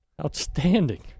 Outstanding